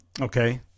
Okay